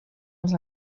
els